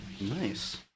Nice